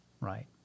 right